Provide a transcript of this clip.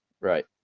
Right